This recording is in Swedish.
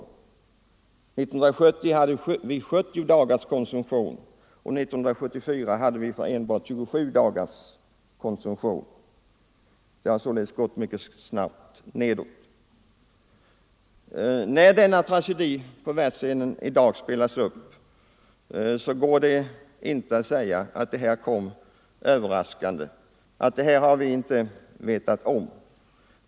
1970 hade vi lager för 70 dagars konsumtion och 1974 fanns ett lager som endast motsvarade 27 dagars konsumtion. Det har således gått mycket snabbt nedåt. När denna tragedi på världsscenen i dag spelas upp så går det inte att säga att det här kom överraskande och att vi inte har vetat om det.